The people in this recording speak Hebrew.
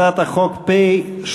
הצעת חוק פ/1330,